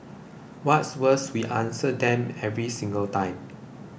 what's worse we answer them every single time